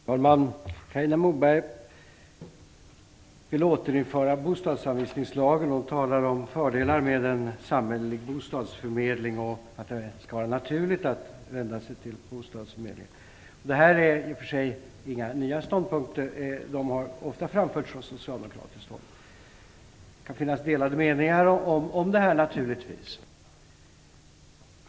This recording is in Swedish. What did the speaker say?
Herr talman! Carina Moberg vill återinföra bostadsanvisningslagen. Hon talade om fördelar med en samhällelig bostadsförmedling och att det skall vara naturligt att vända sig till bostadsförmedlingen. Detta är i och för sig inga nya synpunkter. De har ofta framförts från socialdemokratiskt håll. Det kan naturligtvis finnas delade meningar om det här.